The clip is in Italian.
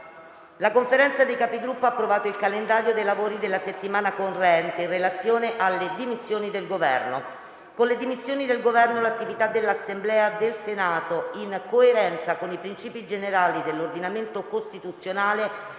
La Conferenza dei Capigruppo ha approvato il calendario dei lavori della settimana corrente, in relazione alle dimissioni del Governo. Con le dimissioni del Governo l'attività dell'Assemblea e delle Commissioni del Senato, in coerenza con i principi generali dell'ordinamento costituzionale,